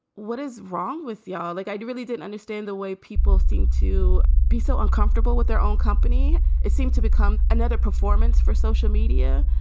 what is wrong with y'all? like, i really didn't understand the way people seem to be so uncomfortable with their own company. it seems to become another performance for social media.